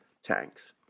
tanks